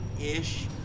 ish